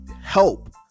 help